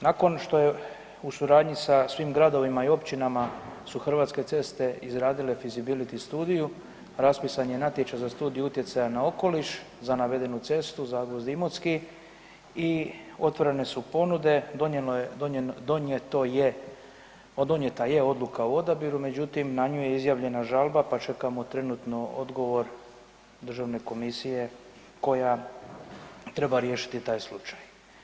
Nakon što je u suradnji sa svim gradovima i općinama su Hrvatske ceste izgradile visibility studiju, raspisan je natječaj za studiju utjecaja na okoliš za navedenu cestu Zagvozd-Imotski i otvorene su ponude, donijeto je, donijeta je odluka o odabiru, međutim na nju je izjavljena žalba, pa čekamo trenutno odgovor državne komisije koja treba riješiti taj slučaj.